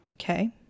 Okay